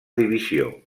divisió